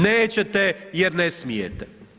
Nećete jer ne smijete.